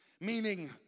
Meaning